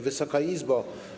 Wysoka Izbo!